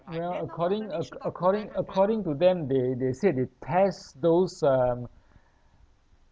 well according acc~ according according to them they they said they test those um